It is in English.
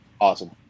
Awesome